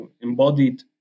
embodied